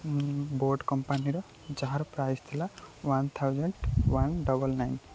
boat କମ୍ପାନୀର ଯାହାର price ଥିଲା one thousand one double nine